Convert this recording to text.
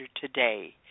today